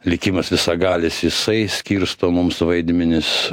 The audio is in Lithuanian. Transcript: likimas visagalis jisai skirsto mums vaidmenis